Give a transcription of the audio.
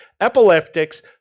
epileptics